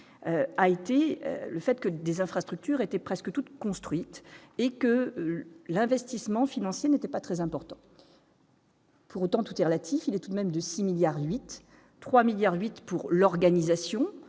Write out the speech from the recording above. a été le fait que des infrastructures étaient presque toutes construites et que l'investissement financier n'était pas très important. Pour autant, tout est relatif, il est tout de même de 6 milliards et 8 3 milliards 8 pour l'organisation,